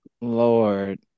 Lord